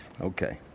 Okay